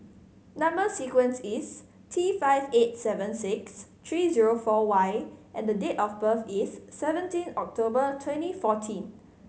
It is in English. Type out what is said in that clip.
number sequence is T five eight seven six three zero four Y and date of birth is seventeen October twenty fourteen